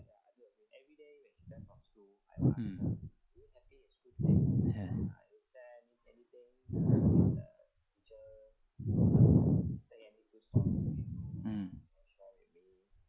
mm yes mm